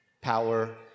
power